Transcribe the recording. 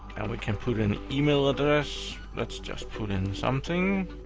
and we can put an email address. let's just put in something.